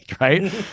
right